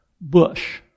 bush